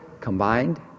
combined